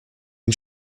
den